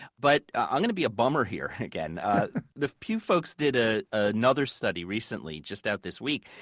but, i'm gonna be a bummer here, again the pew folks did ah another study recently, just out this week.